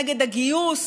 נגד הגיוס,